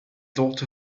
thought